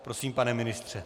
Prosím, pane ministře.